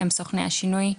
הם סוכני השינוי.